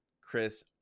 Chris